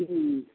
ହୁଁ